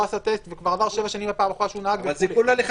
עשה טסט וכבר עברו שבע שנים מאז שהוא נהג בפעם האחרונה.